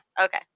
okay